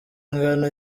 ingano